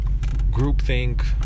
groupthink